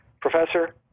Professor